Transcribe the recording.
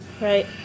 Right